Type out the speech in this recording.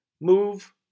move